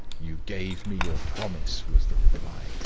you gave me your promise, was the reply,